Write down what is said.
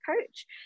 coach